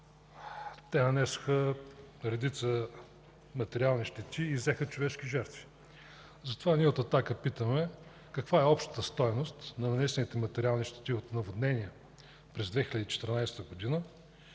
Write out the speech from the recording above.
Те нанесоха редица материални щети и взеха човешки жертви. Затова ние от „Атака” питаме: каква е общата стойност на нанесените материални щети от наводнения през 2014 г.?